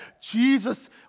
Jesus